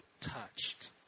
touched